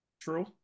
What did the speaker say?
True